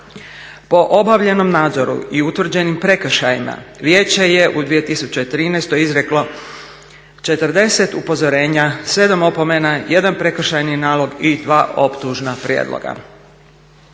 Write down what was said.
Po obavljenom nadzoru i utvrđenim prekršajima, vijeće je u 2013. izreklo 40 upozorenja, 7 opomena, 1 prekršajni nalog i 2 optužna prijedloga.